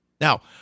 Now